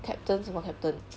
captain 什么 captain